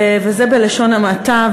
וזה בלשון המעטה,